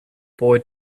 boy